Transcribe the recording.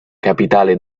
capitale